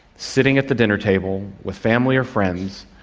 sitting at the dinner table with family or friends,